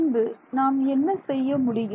பின்பு நாம் என்ன செய்ய முடியும்